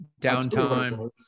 downtime